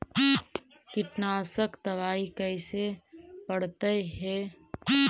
कीटनाशक दबाइ कैसे पड़तै है?